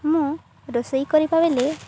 ମୁଁ ରୋଷେଇ କରିବା ବେଳେ